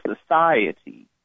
society